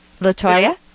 Latoya